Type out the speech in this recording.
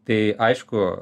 tai aišku